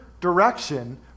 direction